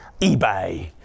eBay